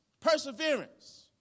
Perseverance